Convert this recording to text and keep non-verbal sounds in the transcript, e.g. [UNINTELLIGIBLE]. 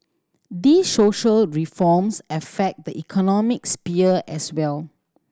these social reforms affect the economic [UNINTELLIGIBLE] as well